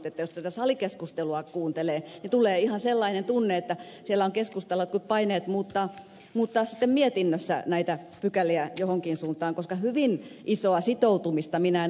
että jos tätä salikeskustelua kuuntelee niin tulee ihan sellainen tunne että siellä on keskustalla paineet muuttaa sitten mietinnössä näitä pykäliä johonkin suuntaan koska hyvin isoa sitoutumista minä en arvoisa ed